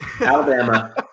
alabama